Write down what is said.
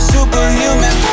Superhuman